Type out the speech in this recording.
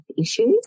issues